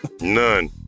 None